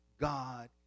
God